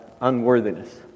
unworthiness